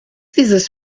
dieses